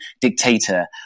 dictator